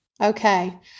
Okay